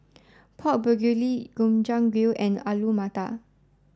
Pork Bulgogi Gobchang Gui and Alu Matar